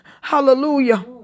Hallelujah